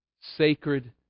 Sacred